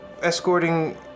escorting